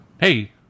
Hey